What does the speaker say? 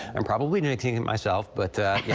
i'm probably jinxing and myself. but yeah